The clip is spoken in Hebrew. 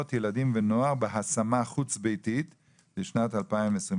ילדים ונוער בהשמה חוץ ביתית לשנת 2022,